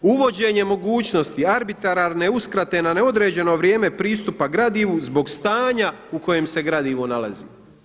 Uvođenje mogućnosti arbitrarne uskrate na neodređeno vrijeme pristupa gradivu zbog stanja u kojem se gradivo nalazi.